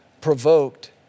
provoked